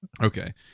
Okay